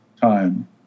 time